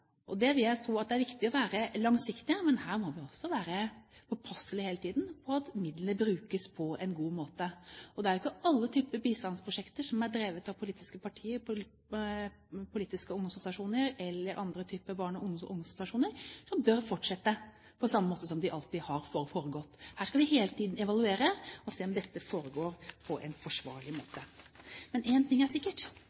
vil jeg tro at det er viktig å være langsiktige, men her må vi også være påpasselige hele tiden med at midlene brukes på en god måte. Det er jo ikke alle typer bistandsprosjekter som er drevet av politiske partier, politiske ungdomsorganisasjoner eller andre typer barne- og ungdomsorganisasjoner, som bør fortsette på samme måte som det alltid har foregått. Her skal vi hele tiden evaluere og se på om dette foregår på en forsvarlig